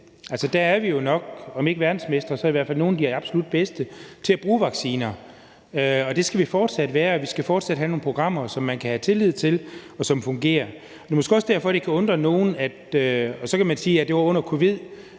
der er vi jo nok, om ikke verdensmestre, så i hvert fald nogle af de absolut bedste til at bruge vacciner, og det skal vi fortsat være, og vi skal fortsat have nogle programmer, som man kan have tillid til, og som fungerer. Det er måske også derfor, at det kan undre nogen. Så kan man sige, at det var under covid-19,